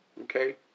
Okay